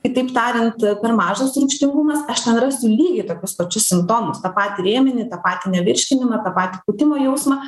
kitaip tariant per mažas rūgštingumas aš ten rasiu lygiai tokius pačius simptomus tą patį rėmenį tą patį nevirškinimą taip pat pūtimo jausmą